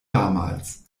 damals